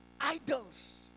idols